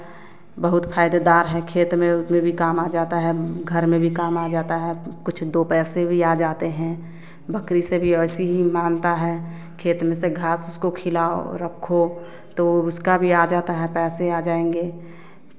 बहुत फ़ायदे दार है खेत में में भी काम आ जाता है घर में भी काम आ जाता है कुछ दो पैसे भी आ जाते हैं बकरी से भी ऐसी ही महानता है खेल में से घास उसको खिलाओ रखो तो उसका भी आ जाता है पैसे आ जाएँगे